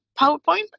PowerPoint